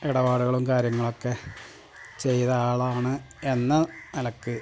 ഇടപാടുകളും കാര്യങ്ങളൊക്കെ ചെയ്ത ആളാണ് എന്ന നിലക്ക്